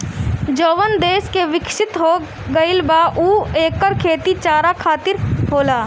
जवन देस बिकसित हो गईल बा उहा एकर खेती चारा खातिर होला